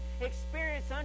experience